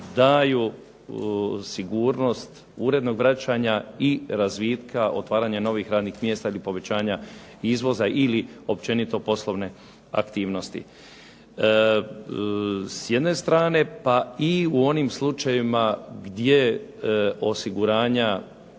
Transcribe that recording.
daju sigurnost urednog vraćanja i razvitka, otvaranja novih radnih mjesta ili povećanja izvoza ili općenito poslovne aktivnosti s jedne strane. Pa i u onim slučajevima gdje osiguranja